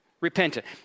Repentant